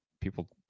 people